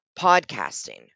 podcasting